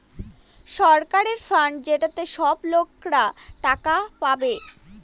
সরকারের ফান্ড যেটাতে সব লোকরা টাকা পাবে